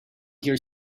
here